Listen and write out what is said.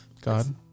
God